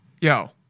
Yo